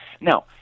Now